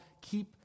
keep